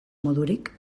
modurik